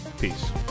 Peace